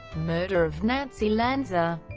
murder of nancy lanza